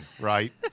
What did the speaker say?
right